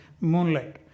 moonlight